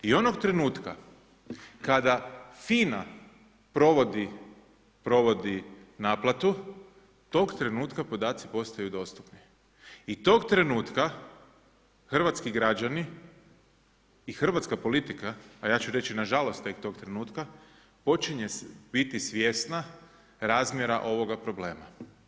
I onog trenutka kada FINA provodi naplatu, tog trenutka podaci postaju dostupni i tog trenutka hrvatski građani i hrvatska politika, a ja ću reći nažalost tek tog trenutka, počinje biti svjesna razmjera ovoga problema.